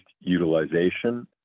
utilization